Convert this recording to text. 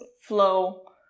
Flow